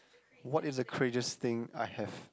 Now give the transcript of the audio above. what is the craziest thing I have